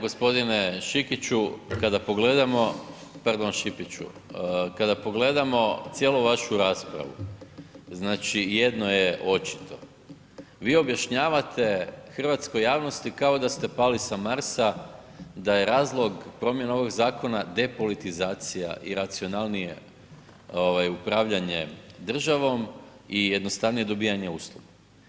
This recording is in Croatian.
G. Šikiću, kada pogledamo, pardon Šipiću, kada pogledamo cijelu vašu raspravu, znači jedno je očito, vi objašnjavate hrvatskoj javnosti kao da ste pali s Marsa daje razlog promjene ovoga zakona depolitizacija i racionalnije upravljanje državom i jednostavnije dobivanje usluga.